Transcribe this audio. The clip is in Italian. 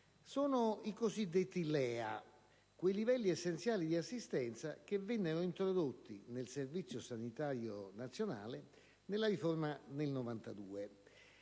sono i cosiddetti LEA, quei livelli essenziali di assistenza che vennero introdotti nel Servizio sanitario nazionale con la riforma del 1992.